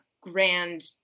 grand